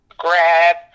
grab